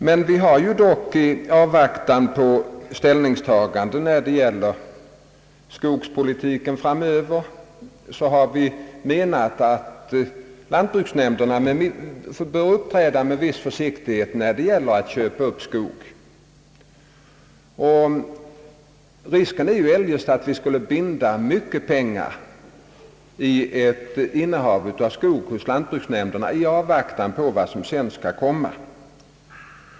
Men vi har dock i avvaktan på ställningstagande när det gäller den framtida skogspolitiken menat att lantbruksnämnderna bör uppträda med viss försiktighet när det gäller att köpa upp skog. Risken är eljest att vi skulle binda mycket pengar i ett innehav av skog hos lantbruksnämnderna i avvaktan på vad som sedan skall komma.